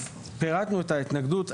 אז פירטנו את ההתנגדות.